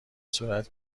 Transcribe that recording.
صورت